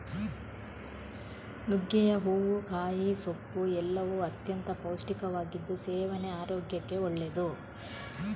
ನುಗ್ಗೆಯ ಹೂವು, ಕಾಯಿ, ಸೊಪ್ಪು ಎಲ್ಲವೂ ಅತ್ಯಂತ ಪೌಷ್ಟಿಕವಾಗಿದ್ದು ಸೇವನೆ ಆರೋಗ್ಯಕ್ಕೆ ಒಳ್ಳೆದ್ದು